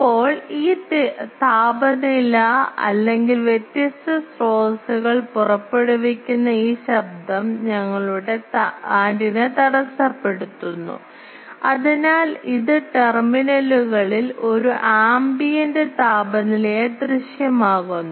ഇപ്പോൾ ഈ താപനില അല്ലെങ്കിൽ വ്യത്യസ്ത സ്രോതസ്സുകൾ പുറപ്പെടുവിക്കുന്ന ഈ ശബ്ദം ഞങ്ങളുടെ ആന്റിന തടസ്സപ്പെടുത്തുന്നു അതിനാൽ ഇത് ടെർമിനലുകളിൽ ഒരു ആംബിയന്റ് താപനിലയായി ദൃശ്യമാകുന്നു